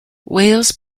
wales